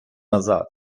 назад